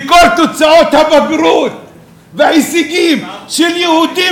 וכל תוצאות הבגרות וההישגים של יהודים